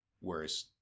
Whereas